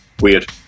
weird